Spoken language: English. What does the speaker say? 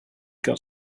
got